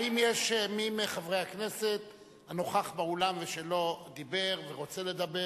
האם יש מי מחברי הכנסת הנוכח באולם שלא דיבר ורוצה לדבר?